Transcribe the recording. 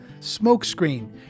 Smokescreen